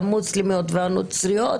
המוסלמיות והנוצריות